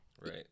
right